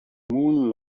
moon